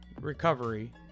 Recovery